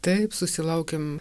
taip susilaukėm